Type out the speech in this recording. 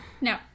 No